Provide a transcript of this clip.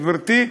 גברתי,